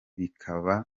bikaba